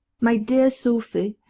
my dear sophy,